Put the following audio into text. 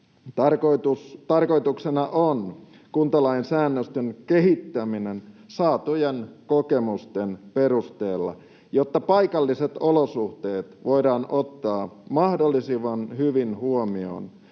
Tarkoituksena on kuntalain säännösten kehittäminen saatujen kokemusten perusteella, jotta paikalliset olosuhteet voidaan ottaa mahdollisimman hyvin huomioon